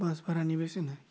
बास भारानि बेसेना